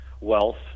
wealth